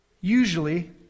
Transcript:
usually